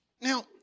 Now